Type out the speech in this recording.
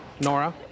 Nora